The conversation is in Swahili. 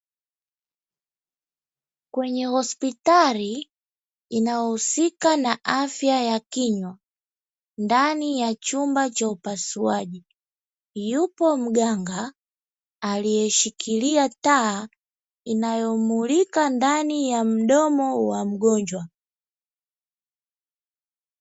Kwenye hospitali inayohusika na afya ya kinywa, ndani ya chumba cha upasuaji, yupo mganga aliyeshikilia taa; inayomulika ndani ya mdomo wa mgonjwa.